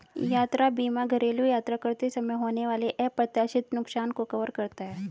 यात्रा बीमा घरेलू यात्रा करते समय होने वाले अप्रत्याशित नुकसान को कवर करता है